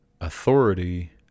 authority